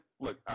look